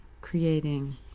creating